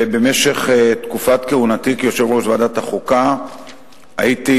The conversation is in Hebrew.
ובמשך תקופת כהונתי כיושב-ראש ועדת החוקה הייתי